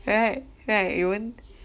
right right we won't